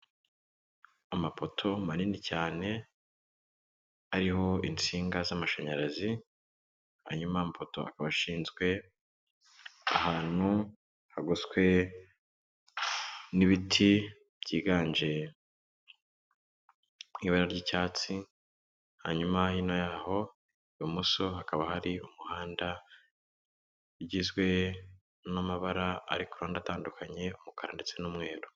Amapoto manini cyane ariho insinga z'amashanyarazi hanyuma amapoto akaba ashinzwe ahantu hagoswe n'ibiti byiganje mu ibara ry'icyatsi hanyuma hino y'aho ibumoso hakaba hari umuhanda ugizwe n'amabara ari ku ruhande atandukanye umukara ndetse n'umweru.